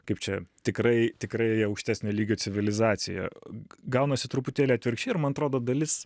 kaip čia tikrai tikrai aukštesnio lygio civilizacija gaunasi truputėlį atvirkščiai ir man atrodo dalis